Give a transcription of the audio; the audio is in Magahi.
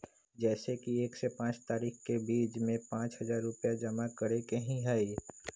जैसे कि एक से पाँच तारीक के बीज में पाँच हजार रुपया जमा करेके ही हैई?